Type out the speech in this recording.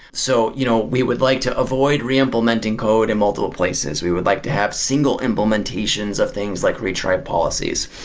so, you know we would like to avoid re-implementing code in multiple places. we would like to have single implementations of things like retry and policies.